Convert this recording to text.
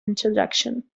introduction